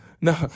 no